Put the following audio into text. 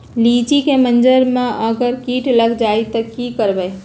लिचि क मजर म अगर किट लग जाई त की करब?